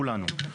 כולנו.